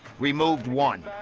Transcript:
removed one.